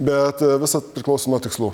bet visa priklauso nuo tikslų